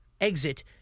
exit